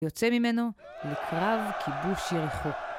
יוצא ממנו לקרב כיבוש יריחו.